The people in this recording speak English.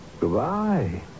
goodbye